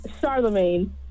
Charlemagne